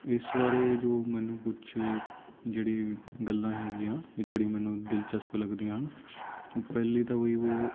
ਇਸ ਬਾਰੇ ਜੋ ਮੈਨੂੰ ਕੁਛ ਜਿਹੜੀਆਂ ਗੱਲਾਂ ਹੈਗੀਆਂ ਵੀ ਜਿਹੜੀ ਮੈਨੂੰ ਦਿਲਚਸਪ ਲੱਗਦੀਆਂ ਹਨ ਪਹਿਲੀ ਤਾਂ ਬਈ ਉਹ